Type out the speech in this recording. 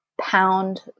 Pound